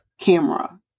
camera